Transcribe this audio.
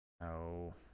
No